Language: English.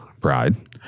pride